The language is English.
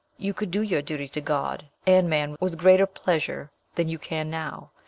you could do your duty to god and man with greater pleasure than you can now.